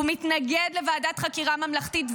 הוא מתנגד לוועדת חקירה ממלכתית,